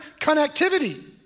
connectivity